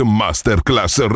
masterclass